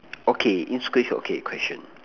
okay next question okay question